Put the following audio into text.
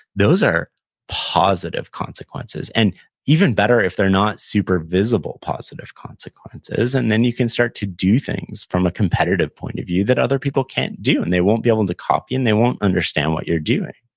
those are positive consequences, and even better if they're not super visible positive consequences, and then you can start to do things from a competitive point of view that other people can't do, and they won't be able to copy and they won't understand what you're doing.